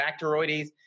bacteroides